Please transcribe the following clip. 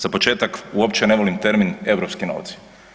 Za početak uopće ne volim termin europski novaci.